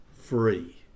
free